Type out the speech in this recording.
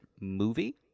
movie